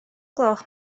gloch